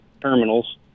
terminals